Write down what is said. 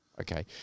Okay